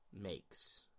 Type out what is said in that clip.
makes